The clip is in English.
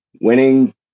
winning